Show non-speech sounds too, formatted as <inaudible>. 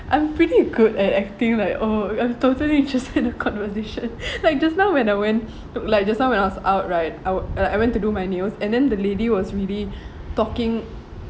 I'm pretty good at acting like oh I'm totally interested in the conversation like just now when I went to like just now when I was out right I was uh I went to do my nails and then the lady was really <breath> talking